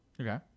Okay